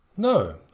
No